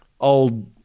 old